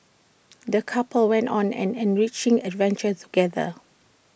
the couple went on an enriching adventure together